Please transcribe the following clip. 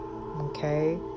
Okay